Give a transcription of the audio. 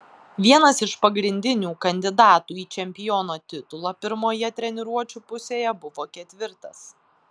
vienas iš pagrindinių kandidatų į čempiono titulą pirmoje treniruočių pusėje buvo ketvirtas